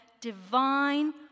divine